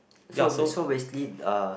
so b~ so basically uh